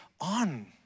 on